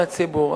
מהציבור.